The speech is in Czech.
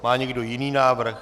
Má někdo jiný návrh?